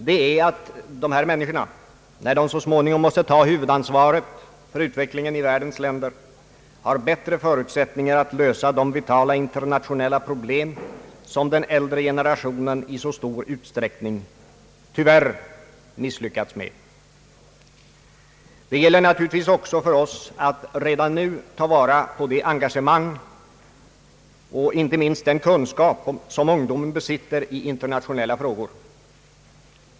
Det är att dessa människor, när de så småningom måste ta huvudansvaret för utvecklingen i världens länder, har bättre förutsättningar att lösa de vitala internationella problem som den äldre generationen i så stor utsträckning tyvärr misslyckats med. Det gäller naturligtvis också för oss att redan nu ta vara på det engagemang och den kunskap som ungdomen besitter i internationella frågor.